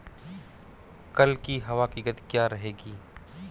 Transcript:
कल की हवा की गति क्या रहेगी?